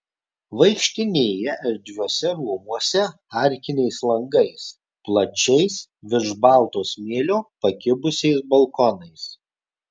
vaikštinėja erdviuose rūmuose arkiniais langais plačiais virš balto smėlio pakibusiais balkonais